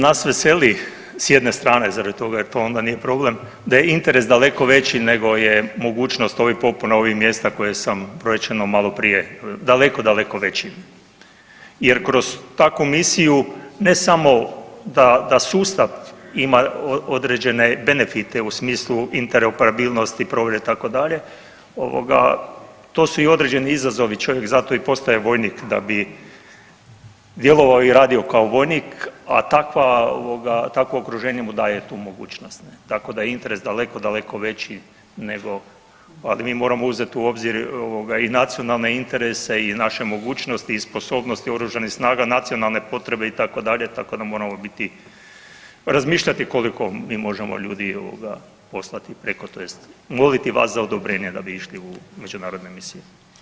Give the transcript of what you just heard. Nas veseli s jedne strane, zarad toga jer to onda nije problem, da je interes daleko veći nego je mogućnost ovih popuna ovih mjesta koje sam brojčano malo prije, daleko, daleko veći jer kroz takvu misiju, ne samo da sustav ima određene benefite u smislu intreoperabilnosti, ... itd., ovoga, to su i određeni izazovi, čovjek za to i postaje vojnik da bi djelovao i radio kao vojnik, a takva ovoga, takvo okruženje mu daje tu mogućnost, tako da je interes daleko, daleko veći nego, a mi moramo uzeti u obzir ovoga i nacionalne interese i naše mogućnosti i sposobnosti oružanih snaga, nacionalne potrebe, itd., tako da moramo biti, razmišljati koliko mi možemo ljudi ovoga, poslati preko, tj. moliti vas za odobrenje da bi išli u međunarodne misije.